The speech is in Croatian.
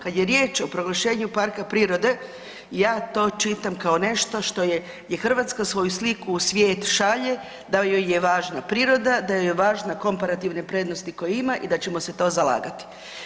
Kad je riječ o proglašenju parka prirode ja to čitam kao nešto što je gdje Hrvatska svoju sliku u svijet šalje da joj je važna priroda, da joj je važna komparativne prednosti koje ima i da ćemo se to zalagati.